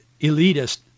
elitist